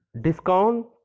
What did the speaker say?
Discount